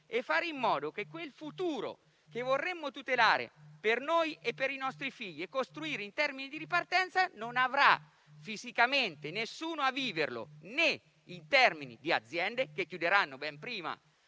e fare in modo che quel futuro, che vorremmo tutelare per noi e per i nostri figli e che vorremmo costruire con una ripartenza, non avrà fisicamente nessuno a viverlo, né in termini di aziende, che chiuderanno ben prima,